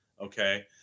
okay